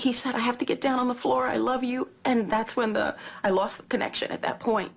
he said i have to get down on the floor i love you and that's when the i lost connection at that point